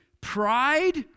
pride